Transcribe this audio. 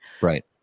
Right